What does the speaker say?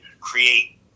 create